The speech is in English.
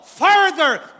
Further